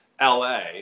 la